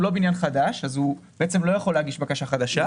הוא לא בניין חדש כך שהוא לא יכול להגיש בקשה חדשה.